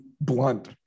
blunt